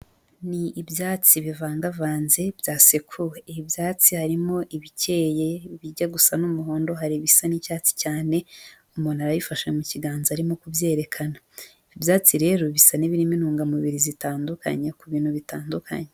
Ni ibyatsi bivangavanze byasekuwe, ibi byatsi harimo ibikeye, ibijya gusa n'umuhondo, hari ibisa n'icyatsi cyane, umuntu arabifashe mu kiganza arimo kubyerekana, ibyatsi rero bisa n'ibirimo intungamubiri zitandukanye ku bintu bitandukanye.